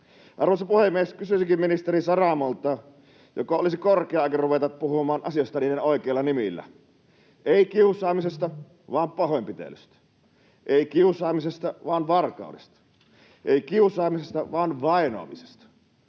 Arvoisa puhemies! Kysyisinkin ministeri Saramolta: Joko olisi korkea aika ruveta puhumaan asioista niiden oikeilla nimillä? Ei kiusaamisesta vaan pahoinpitelystä, ei kiusaamisesta vaan varkaudesta, ei kiusaamisesta vaan vainoamisesta.